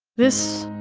this.